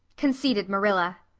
conceded marilla.